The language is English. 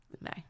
No